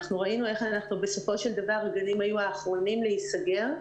ראינו איך בסופו של דבר הגנים היו האחרונים להיסגר,